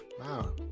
wow